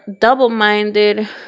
double-minded